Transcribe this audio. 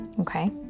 okay